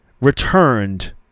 returned